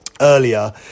earlier